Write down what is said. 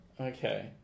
Okay